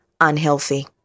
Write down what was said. unhealthy